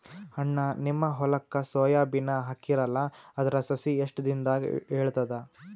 ಅಣ್ಣಾ, ನಿಮ್ಮ ಹೊಲಕ್ಕ ಸೋಯ ಬೀನ ಹಾಕೀರಲಾ, ಅದರ ಸಸಿ ಎಷ್ಟ ದಿಂದಾಗ ಏಳತದ?